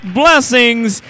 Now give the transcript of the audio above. blessings